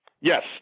Yes